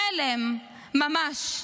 חלם, ממש.